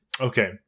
Okay